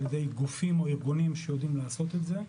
ידי גופים או ארגונים שיודעים לעשות את זה,